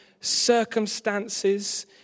circumstances